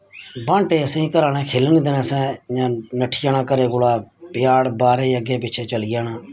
बांह्टे असेंगी घरा आह्ले खेलन निं देना असें इ'यां नट्ठी जाना घरै कोला प्याड़ बाह्रै अग्गें पिच्छें चली जाना